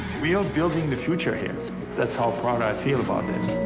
we are building the future here that's how proud i feel about this!